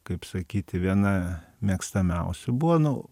kaip sakyti viena mėgstamiausių buvo nu